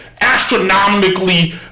astronomically